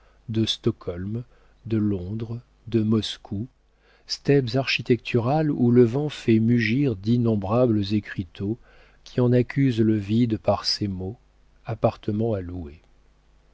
de stockholm de londres de moscou steppes architecturales où le vent fait mugir d'innombrables écriteaux qui en accusent le vide par ces mots appartements à louer